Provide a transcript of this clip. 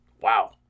wow